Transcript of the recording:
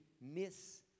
miss